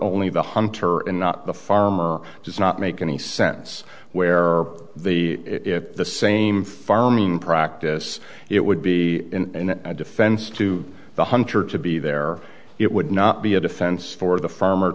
only the hunter and not the farmer does not make any sense where the if the same farming practice it would be in defense to the hunter to be there it would not be a defense for the farmer